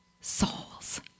souls